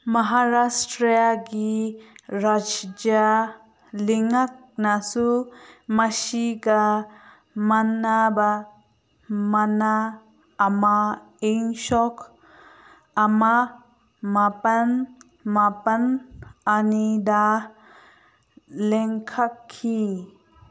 ꯃꯍꯔꯥꯁꯇ꯭ꯔꯥꯒꯤ ꯔꯥꯏꯖ꯭ꯌꯥ ꯂꯩꯉꯥꯛꯅꯁꯨ ꯃꯁꯤꯒ ꯃꯥꯟꯅꯕ ꯃꯥꯅ ꯏꯪ ꯁꯣꯛ ꯑꯃ ꯃꯥꯄꯟ ꯃꯥꯄꯟ ꯑꯅꯤꯗ ꯂꯤꯡꯈꯠꯈꯤ